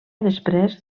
després